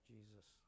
Jesus